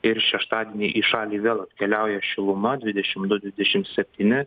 ir šeštadienį į šalį vėl atkeliauja šiluma dvidešim du dvidešim septyni